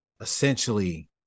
essentially